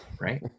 right